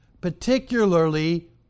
particularly